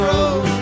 Road